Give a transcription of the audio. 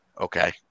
Okay